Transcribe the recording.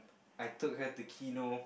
I took her to kino